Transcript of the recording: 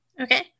Okay